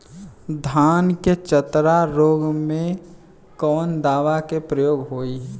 धान के चतरा रोग में कवन दवा के प्रयोग होई?